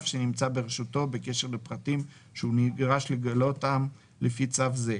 שנמצא ברשותו בקשר לפרטים שהוא נדרש לגלותם לפי צו זה.